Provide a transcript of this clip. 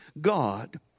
God